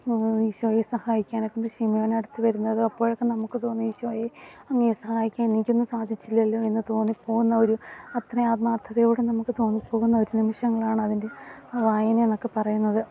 ഈശോയെ സഹായിക്കാൻ ശീമോനടുത്ത് വരുന്നതും അപ്പോഴൊക്കെ നമുക്ക് തോന്നി ഈശോയെ അങ്ങയെ സഹായിക്കാൻ എനിക്കൊന്നും സാധിച്ചില്ലല്ലോ എന്ന് തോന്നിപ്പോകുന്ന ഒരു അത്രയും ആത്മാർഥതയോടെ നമുക്ക് തോന്നിപ്പോകുന്ന ഒരു നിമിഷങ്ങളാണതിൻ്റെ വായനയെന്നൊക്കെ പറയുന്നത്